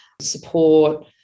support